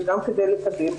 גם כדי לקדם,